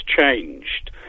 changed